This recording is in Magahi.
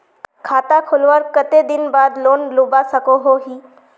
खाता खोलवार कते दिन बाद लोन लुबा सकोहो ही?